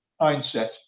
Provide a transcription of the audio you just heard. mindset